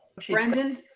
brendan.